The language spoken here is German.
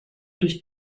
durch